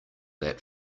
that